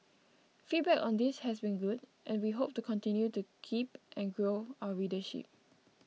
feedback on this has been good and we hope to continue to keep and grow our readership